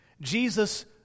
Jesus